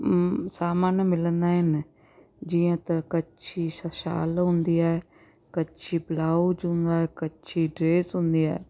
सामान मिलंदा आहिनि जीअं त कच्छी श शाल हूंदी आहे कच्छी ब्लाउज हूंदो आहे कच्छी ड्रेस हूंदी आहे